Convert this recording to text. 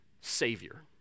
Savior